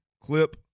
clip